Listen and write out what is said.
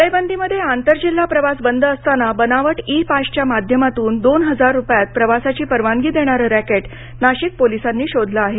टाळेबंदीमध्ये आंतरजिल्हा प्रवास बंद असताना बनावट ई पासच्या माध्यमातून दोन हजार रूपयांत प्रवासाची परवानगी देणारं रॅकेट नाशिक पोलीसांनी शोधलं आहे